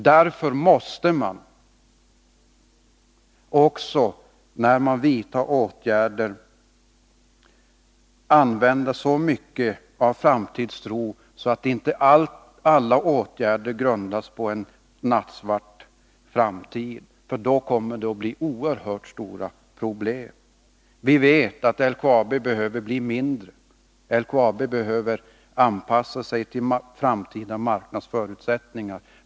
Därför måste man när man vidtar åtgärder bygga dem på en framtidstro och inte låta alla åtgärder grundas på antaganden om en nattsvart framtid. För då kommer det att bli oerhört stora problem. Vi vet att LKAB behöver bli mindre. LKAB behöver anpassa sig till framtida marknadsförutsättningar.